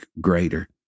greater